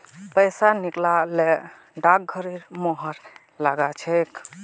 पैसा निकला ल डाकघरेर मुहर लाग छेक